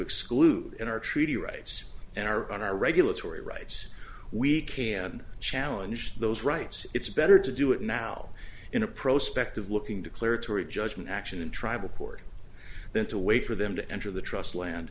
exclude in our treaty rights and our own our regulatory rights we can challenge those rights it's better to do it now in a prospect of looking declaratory judgment action in tribal court than to wait for them to enter the trust land